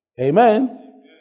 Amen